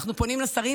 אנחנו פונים לשרים,